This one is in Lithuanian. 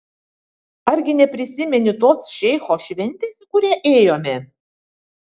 argi neprisimeni tos šeicho šventės į kurią ėjome